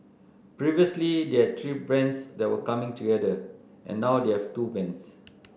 previously they had three bands that were coming together and now they have two bands